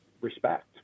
respect